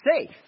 safe